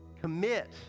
commit